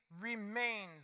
remains